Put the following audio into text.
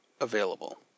available